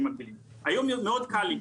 היום מאוד קל לי,